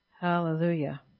Hallelujah